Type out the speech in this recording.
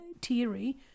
teary